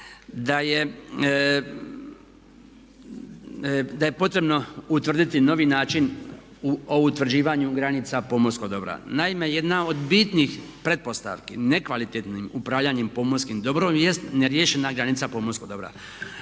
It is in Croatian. Da je potrebno utvrditi novi način o utvrđivanju granica pomorskog dobra. Naime, jedna od bitnih pretpostavki nekvalitetnim upravljanjem pomorskim dobrom jest neriješena granica pomorskog dobra.